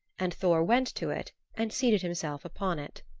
and thor went to it and seated himself upon it.